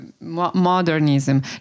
modernism